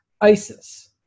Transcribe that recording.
ISIS